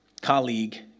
colleague